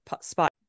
spot